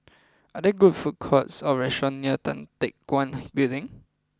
are there good food courts or restaurants near Tan Teck Guan Building